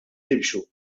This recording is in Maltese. nimxu